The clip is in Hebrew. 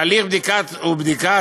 תהליך כתיבת ובדיקת